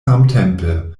samtempe